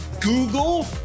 Google